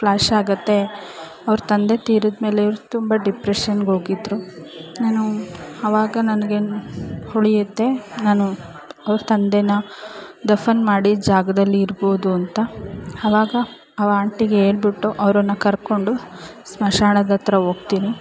ಪ್ಲ್ಯಾಶಾಗುತ್ತೆ ಅವ್ರ ತಂದೆ ತೀರಿದ್ಮೇಲೆ ಇವ್ರು ತುಂಬ ಡಿಪ್ರೆಶನ್ನಿಗೆ ಹೋಗಿದ್ರು ನಾನು ಅವಾಗ ನನ್ಗೇನು ಹೊಳೆಯುತ್ತೆ ನಾನು ಅವ್ರ ತಂದೆಯ ದಫನ್ ಮಾಡಿದ ಜಾಗದಲ್ಲಿರ್ಬೋದು ಅಂತ ಅವಾಗ ಅವ ಆಂಟಿಗೆ ಹೇಳ್ಬಿಟ್ಟು ಅವ್ರನ್ನು ಕರ್ಕೊಂಡು ಸ್ಮಶಾಣದ ಹತ್ರ ಹೋಗ್ತೀನಿ